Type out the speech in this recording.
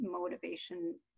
motivation